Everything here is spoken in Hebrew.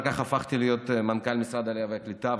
כך הפכתי להיות מנכ"ל משרד העלייה והקליטה,